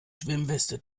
schwimmweste